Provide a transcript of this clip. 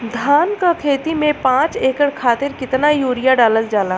धान क खेती में पांच एकड़ खातिर कितना यूरिया डालल जाला?